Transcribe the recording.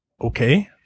Okay